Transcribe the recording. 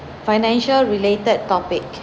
financial related topic